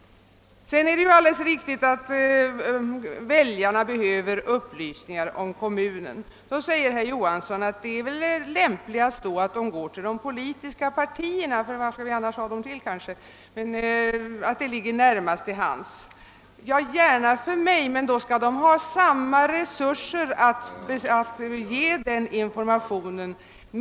Det är alldeles riktigt att väljarna behöver upplysningar om kommunen. Herr Johansson sade att det då ligger närmast till hands att vända sej till de politiska partierna. Jag har ingenting emot detta men då skall också samtliga partier ha samma resurser att lämna information.